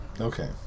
Okay